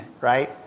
right